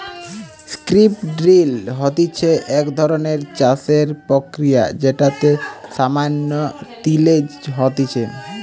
strip drill হতিছে এক ধরণের চাষের প্রক্রিয়া যেটাতে সামান্য তিলেজ হতিছে